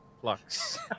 Flux